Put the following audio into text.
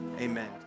amen